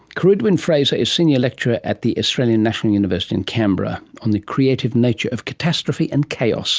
ceridwen fraser is senior lecturer at the australian national university in canberra, on the creative nature of catastrophe and chaos